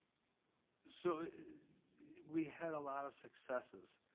so we had a lot of successes.